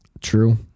true